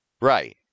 Right